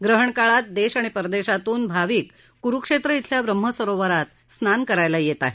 ग्रहण काळात देश आणि परदेशातून भाविक कुरुक्षेत्र डेल्या ब्रम्हसरोवरात स्नान करायला येणार आहेत